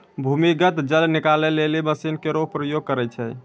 भूमीगत जल निकाले लेलि मसीन केरो प्रयोग करै छै